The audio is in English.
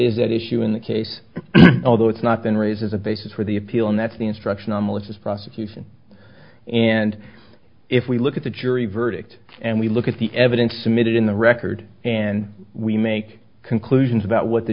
is that issue in the case although it's not been raised as a basis for the appeal and that's the instruction on malicious prosecution and if we look at the jury verdict and we look at the evidence submitted in the record and we make conclusions about what the